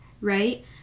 right